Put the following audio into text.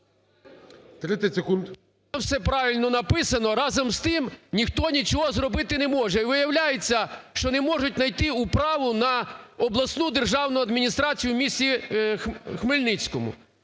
Все правильно написано, разом з тим ніхто нічого зробити не може. Виявляється, що не можуть найти управу на обласну державну адміністрацію в місті Хмельницькому.